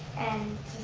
and,